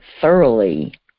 thoroughly